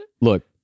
look